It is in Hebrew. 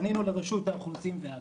פנינו לרשות האוכלוסין וההגירה,